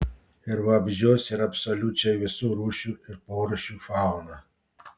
ir vabzdžius ir absoliučiai visų rūšių ir porūšių fauną